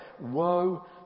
Woe